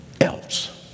else